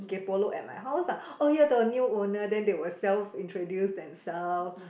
kaypo look at my house lah oh ya the new owner then they will self introduce themselves